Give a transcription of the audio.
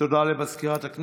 על בקעת הירדן,